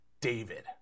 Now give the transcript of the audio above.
David